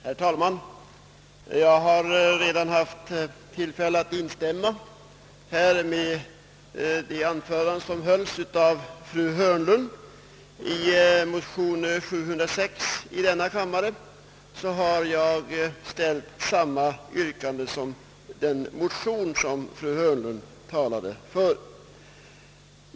Herr talman! Jag har redan haft tillfälle att här instämma i det anförande, som hölls av fru Hörnlund. I motion nr 706 i denna kammare har jag ställt samma yrkande som återfinns i den motion som fru Hörnlund talade för.